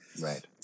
right